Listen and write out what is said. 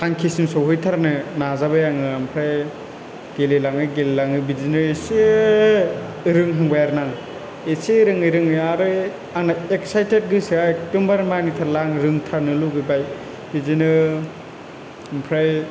थांखिसिम सहैथारनो नाजाबाय आङो ओमफ्राय गेलेलाङै गेलेलाङै बिदिनो एसे रोंहांबाय आरोना आं एसे रोङै रोङै आरो आंना एकसाइटेट गोसोया एकदमबारे मानिथारला आं रोंथारनो लुबैथारबाय बिदिनो ओमफ्राय